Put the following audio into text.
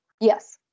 Yes